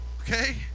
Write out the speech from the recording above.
Okay